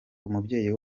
umubyeyi